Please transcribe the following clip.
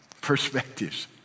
perspectives